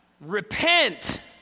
Repent